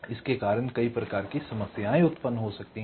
इसके कारण कई प्रकार की समस्याएं उत्पन्न हो सकती हैं